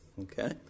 Okay